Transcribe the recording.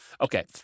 okay